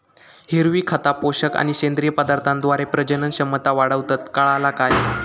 हिरवी खता, पोषक आणि सेंद्रिय पदार्थांद्वारे प्रजनन क्षमता वाढवतत, काळाला काय?